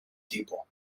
tipo